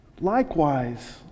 Likewise